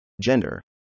gender